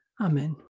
Amen